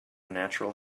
natural